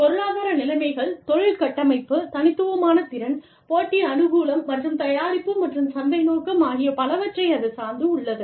பொருளாதார நிலைமைகள் தொழில் கட்டமைப்பு தனித்துவமான திறன் போட்டி அனுகூலம் மற்றும் தயாரிப்பு மற்றும் சந்தை நோக்கம் ஆகிய பலவற்றை அது சார்ந்து உள்ளது